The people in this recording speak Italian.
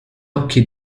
occhi